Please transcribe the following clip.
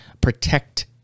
Protect